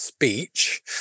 Speech